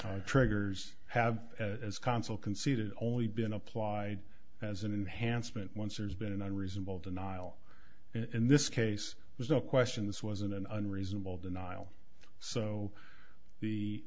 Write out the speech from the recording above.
triggers have as consul conceded only been applied as an enhancement once there's been an unreasonable denial in this case there's no question this wasn't an unreasonable denial so the